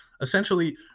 essentially